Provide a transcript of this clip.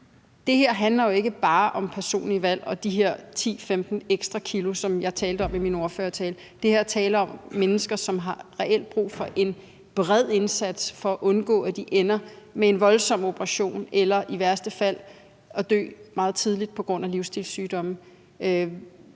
det her handler jo ikke bare om personlige valg og de her 10-15 ekstra kilo, som jeg talte om i min ordførertale. Her er der tale om mennesker, som reelt har brug for en bred indsats for at undgå, at de ender med en voldsom operation eller i værste fald at dø meget tidligt på grund af livsstilssygdomme.